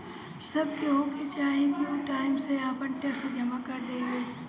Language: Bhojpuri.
सब केहू के चाही की उ टाइम से आपन टेक्स जमा कर देवे